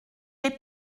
les